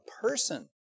person